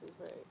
right